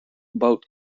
boat